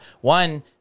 one